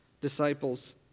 disciples